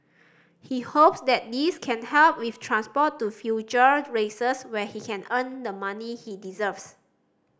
he hopes that this can help with transport to future races where he can earn the money he deserves